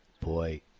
Boy